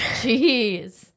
Jeez